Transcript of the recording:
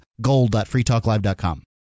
gold.freetalklive.com